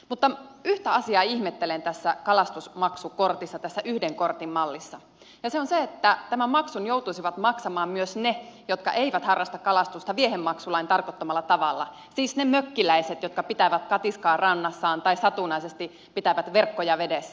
mutta yhtä asiaa ihmettelen tässä kalastusmaksukortissa tässä yhden kortin mallissa ja se on se että tämän maksun joutuisivat maksamaan myös ne jotka eivät harrasta kalastusta viehemaksulain tarkoittamalla tavalla siis ne mökkiläiset jotka pitävät katiskaa rannassaan tai satunnaisesti pitävät verkkoja vedessä